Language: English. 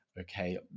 Okay